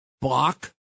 block